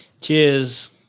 Cheers